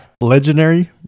Legendary